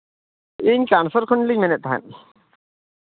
ᱤᱧ ᱠᱷᱚᱱᱞᱤᱧ ᱢᱮᱱᱮᱫ ᱛᱟᱦᱮᱸᱫ